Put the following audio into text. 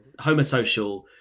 homosocial